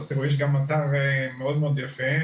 תראו שהאתר גם מאוד יפה.